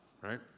right